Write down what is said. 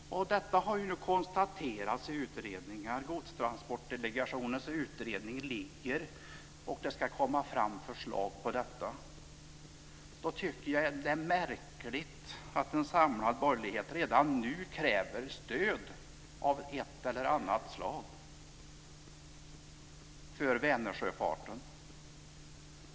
Detta har konstaterats i utredningar. Godstransportdelegationens utredning föreligger, och det ska komma fram förslag på detta. Då tycker jag att det är märkligt att en samlad borgerlighet redan nu kräver stöd av ett eller annat slag för Vänersjöfarten.